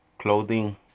clothing